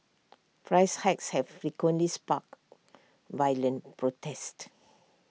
price hikes have frequently sparked violent protests